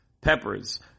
peppers